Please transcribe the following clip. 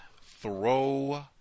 Throw